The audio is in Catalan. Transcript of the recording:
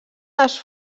les